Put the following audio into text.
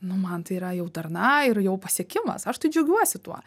nu man tai yra jau darna ir jau pasiekimas aš tai džiaugiuosi tuo